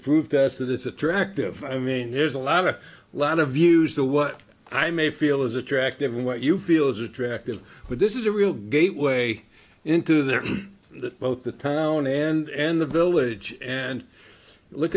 prove that it is attractive i mean there's a lot a lot of use the what i may feel is attractive and what you feel is attractive but this is a real gateway into their the both the town and the village and look